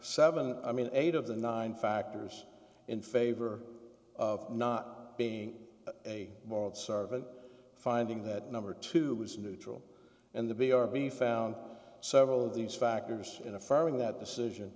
seven i mean eight of the nine factors in favor of not being a world servant finding that number two was neutral and the b or b found several of these factors in affirming that